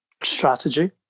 strategy